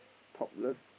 topless